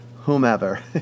whomever